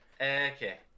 Okay